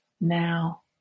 now